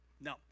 No